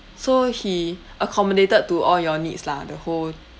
so he accommodated to all your needs lah the whole